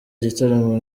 igitaramo